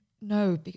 No